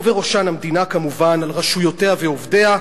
ובראשן המדינה כמובן על רשויותיה ועובדיה,